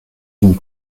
une